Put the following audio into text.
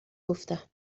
گفتم